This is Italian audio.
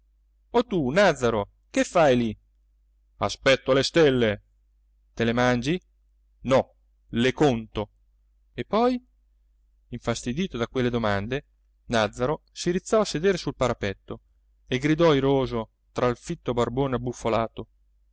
oh tu nàzzaro che fai lì aspetto le stelle te le mangi no le conto e poi infastidito da quelle domande nàzzaro si rizzò a sedere sul parapetto e gridò iroso tra il fitto barbone